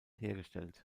hergestellt